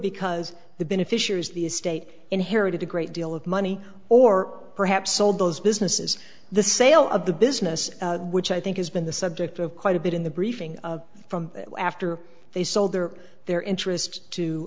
because the beneficiaries of the estate inherited a great deal of money or perhaps sold those businesses the sale of the business which i think has been the subject of quite a bit in the briefing from after they sold their their interest to